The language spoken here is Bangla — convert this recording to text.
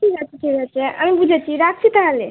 ঠিক আছে ঠিক আছে আমি বুঝেছি রাখছি তাহলে